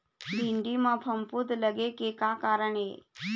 भिंडी म फफूंद लगे के का कारण ये?